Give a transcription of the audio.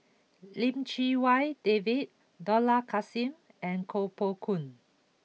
Lim Chee Wai David Dollah Kassim and Koh Poh Koon